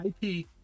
IP